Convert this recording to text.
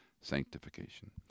sanctification